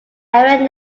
area